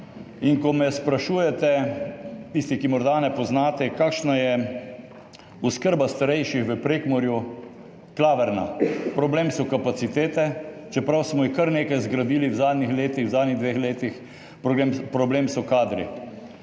In ko me sprašujete tisti, ki morda ne poznate, kakšna je oskrba starejših v Prekmurju – klavrna. Problem so kapacitete, čeprav smo jih kar nekaj zgradili v zadnjih letih, v zadnjih dveh letih, problem so kadri.